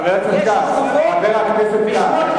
חבר הכנסת יעקב כץ, היית